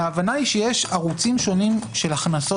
אלא ההבנה היא שיש ערוצים שונים של הכנסות